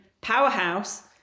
powerhouse